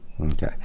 Okay